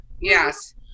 Yes